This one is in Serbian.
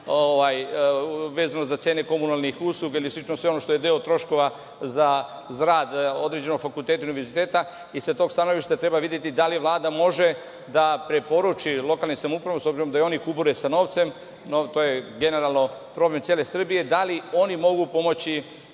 vezano za cene komunalnih usluga ili slično, sve ono što je deo troškova za rad određenog fakulteta ili univerziteta i sa tog stanovišta treba videti da li Vlada može da preporuči lokalnim samouprava, s obzirom da i oni kubure sa novcem, to je generalno problem cele Srbije, da li oni mogu pomoći